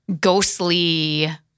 ghostly